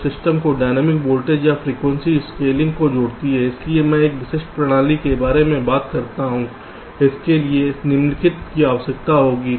तो सिस्टम जो dynamic voltage और फ्रीक्वेंसी स्केलिंग को जोड़ती है इसलिए मैं एक विशिष्ट प्रणाली के बारे में बता रहा हूं इसके लिए निम्नलिखित की आवश्यकता होगी